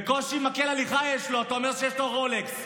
בקושי מקל הליכה יש לו, ואתה אומר שיש לו רולקס.